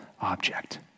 object